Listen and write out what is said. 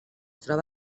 troba